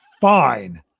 fine